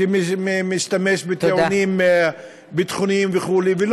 שמשתמש בטיעונים ביטחוניים וכו' תודה.